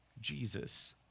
Jesus